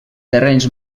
terrenys